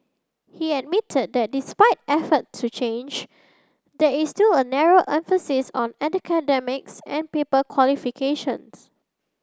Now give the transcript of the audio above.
he admitted that despite effort to change there is still a narrow emphasis on academics and paper qualifications